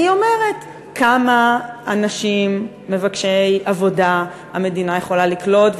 היא אומרת כמה אנשים מבקשי עבודה המדינה יכולה לקלוט,